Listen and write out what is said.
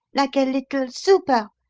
like a little super,